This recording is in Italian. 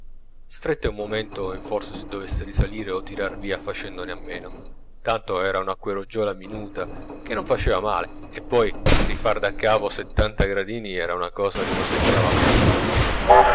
stette un momento in forse se dovesse risalire o tirar via facendone a meno tanto era un'acqueruggiola minuta che non faceva male e poi rifar daccapo settanta gradini era una cosa che lo seccava abbastanza